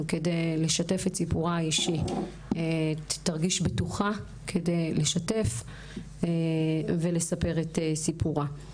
כדי לשתף את סיפורה האישי תרגיש בטוחה כדי לשתף ולספר את סיפורה.